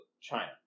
China